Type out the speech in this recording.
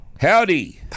Howdy